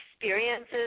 experiences